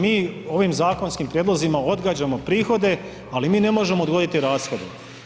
Mi ovim zakonskim prijedlozima odgađamo prihode ali mi ne možemo odgoditi rashode.